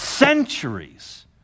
Centuries